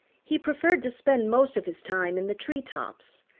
he preferred to spend most of his time in the tree tops,